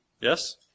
Yes